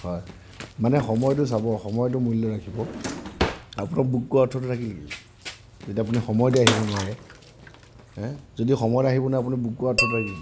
হয় মানে সময়টো চাব সময়টো মূল্য ৰাখিব আপোনাক বুক কৰা অৰ্থটো থাকিল কি যেতিয়া আপুনি সময়তে আহিব নোৱাৰে হে যদি সময়তে আহিব নোৱাৰে আপোনাক বুক কৰা অৰ্থটো থাকিল কি